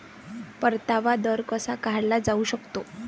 परतावा दर कसा काढला जाऊ शकतो?